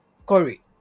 Corey